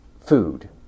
food